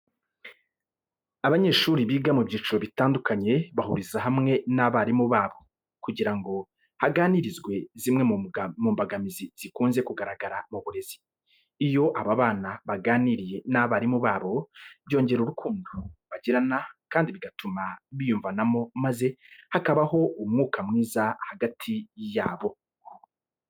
Abanyeshuri biga mu byiciro bitandukanye bahurizwa hamwe n'abarimu babo kugira ngo haganirwe zimwe mu mbogamizi zikunze kugaragara mu burezi. Iyo aba bana baganiriye n'abarimu babo byongera urukundo bagirana kandi bigatuma biyumvanamo maze hakabaho umwuka mwiza hagati yabo.